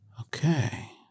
Okay